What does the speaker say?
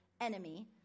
enemy